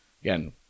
again